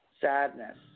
Sadness